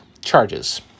charges